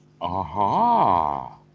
Aha